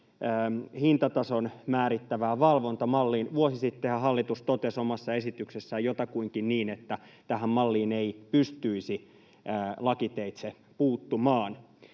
hintatason määrittävään valvontamalliin. Vuosi sittenhän hallitus totesi omassa esityksessään jotakuinkin niin, että tähän malliin ei pystyisi lakiteitse puuttumaan.